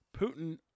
Putin